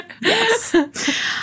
Yes